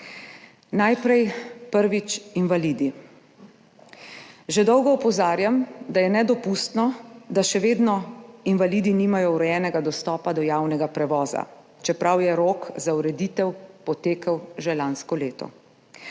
Najprej, prvič, invalidi. Že dolgo opozarjam, da je nedopustno, da invalidi še vedno nimajo urejenega dostopa do javnega prevoza, čeprav je rok za ureditev potekel že lansko leto.